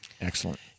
Excellent